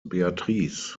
beatrice